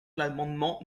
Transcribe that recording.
l’amendement